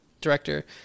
director